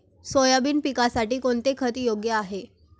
Soybean पिकासाठी कोणते खत योग्य आहे?